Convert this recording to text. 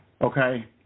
okay